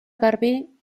garbí